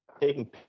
Taking